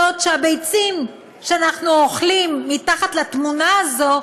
בעוד שהביצים שמתחת לתמונה הזו,